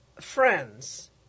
friends